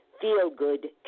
feel-good